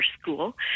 School